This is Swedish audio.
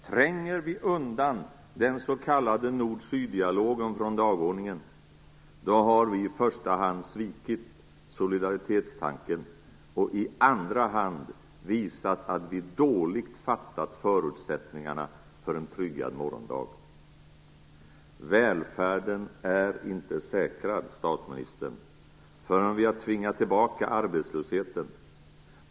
Tränger vi undan den s.k. nord-syd-dialogen från dagordningen, då har vi i första hand svikit solidaritetstanken och i andra hand visat att vi dåligt förstått förutsättningarna för en tryggad morgondag. Välfärden är inte säkrad, statsministern, förrän vi har tvingat tillbaka arbetslösheten.